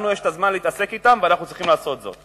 לנו יש זמן להתעסק אתם, ואנחנו צריכים לעשות זאת.